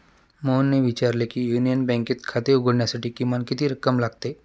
मोहनने विचारले की युनियन बँकेत खाते उघडण्यासाठी किमान किती रक्कम लागते?